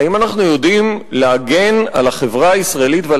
האם אנחנו יודעים להגן על החברה הישראלית ועל